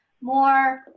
more